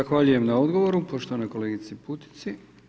Zahvaljujem na odgovoru poštovanoj kolegici Putici.